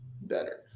better